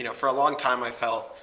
you know for a long time, i felt,